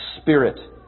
spirit